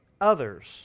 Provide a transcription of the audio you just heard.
others